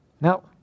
Now